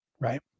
Right